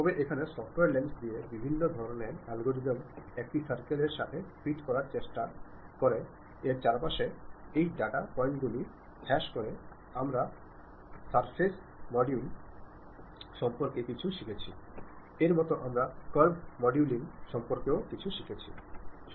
তবে এখানে software lens দিয়ে বিভিন্ন ধরণের অ্যালগোরিদম একটি সার্কেলের সাথে ফিট করার চেষ্টা করে এর চারপাশে এই ডেটা পয়েন্টগুলি হ্রাস করে আমরা সারফেস মডেলিং সম্পর্কে কিছু শিখেছি এর মতো আমরা কার্ভ মডেলিং সম্পর্কেও কিছু শিখেছি